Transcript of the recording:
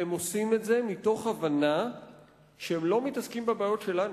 והם עושים את זה מתוך הבנה שהם לא מתעסקים בבעיות שלנו,